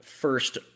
First